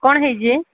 କ'ଣ ହୋଇଛି